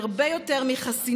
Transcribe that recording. היא הרבה יותר מחסינות,